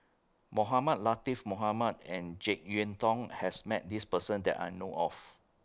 Mohamed Latiff Mohamed and Jek Yeun Thong has Met This Person that I know of